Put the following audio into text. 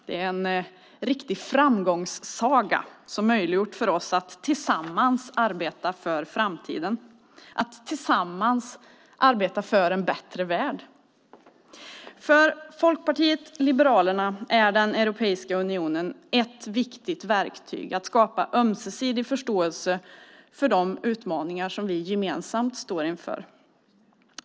Det är en riktig framgångssaga som har möjliggjort för oss att tillsammans arbeta för framtiden, för en bättre värld. För Folkpartiet liberalerna är Europeiska unionen ett viktigt verktyg för att skapa ömsesidig förståelse för de utmaningar som vi gemensamt står inför.